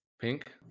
Pink